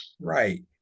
Right